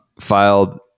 filed